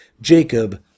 Jacob